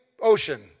ocean